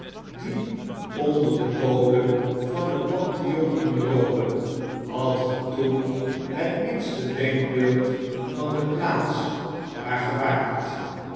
diep onder den bodem van het pantheon in rome hadt ge toen het minste denkbeeld van de plaats waar